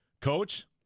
Coach